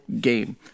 game